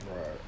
Right